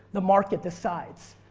the market decides.